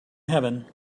heaven